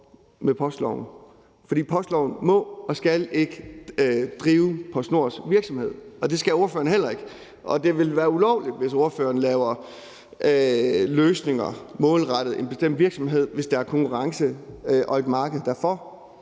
til postloven. For postloven må og skal ikke drive PostNords virksomhed, og det skal ordføreren heller ikke, og det vil være ulovligt, hvis ordføreren laver løsninger, der er målrettet en bestemt virksomhed, hvis der er konkurrence og et marked derfor.